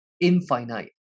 infinite